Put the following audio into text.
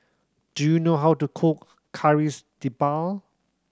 do you know how to cook Kari'S debal